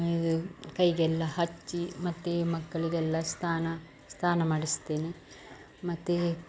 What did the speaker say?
ಕೈಗೆಲ್ಲ ಹಚ್ಚಿ ಮತ್ತೆ ಮಕ್ಕಳಿಗೆಲ್ಲ ಸ್ನಾನ ಸ್ನಾನ ಮಾಡಿಸ್ತೇನೆ ಮತ್ತು